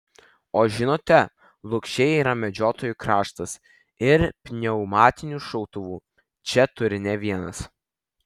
o žinote lukšiai yra medžiotojų kraštas ir pneumatinių šautuvų čia turi ne vienas